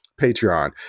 Patreon